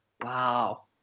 wow